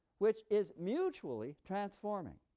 which is mutually transforming.